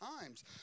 times